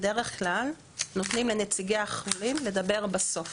בדרך כלל נותנים לנציגי החולים לדבר בסוף,